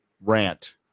rant